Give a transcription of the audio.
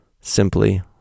Simply